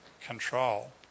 control